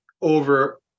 over